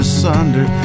Asunder